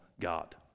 God